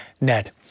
Ned